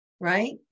right